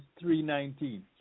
319